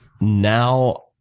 now